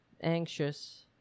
anxious